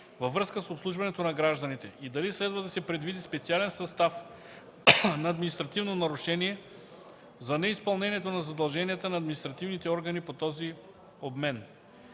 във връзка с обслужването на гражданите и дали следва да се предвиди специален състав на административно нарушение за неизпълнението на задълженията на административните органи по този обмен.